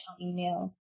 email